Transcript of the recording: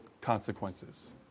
consequences